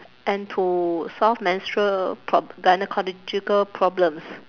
and to solve menstrual prob~ gynaecological problems